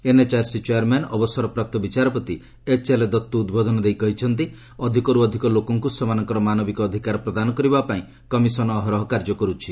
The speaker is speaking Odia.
ଏନଏଚଆରସି ଚେୟାରମ୍ୟାନ ଅବସରପ୍ରାପ୍ତ ବିଚାରପତି ଏଚଏଲ ଦତ୍ତୁ ଉଦ୍ବୋଧନ ଦେଇ କହିଛନ୍ତି ଅଧିକର୍ତ୍ତ ଅଧିକ ଲୋକଙ୍କ ସେମାନଙ୍କର ମାନବିକ ଅଧିକାର ପ୍ରଦାନ କରିବା ପାଇଁ କମିଶନ ଅହରହ କାର୍ଯ୍ୟ କରୁଛି